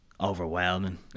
overwhelming